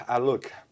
look